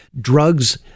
drugs